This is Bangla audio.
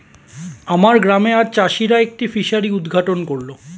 আমার গ্রামে আজ চাষিরা একটি ফিসারি উদ্ঘাটন করল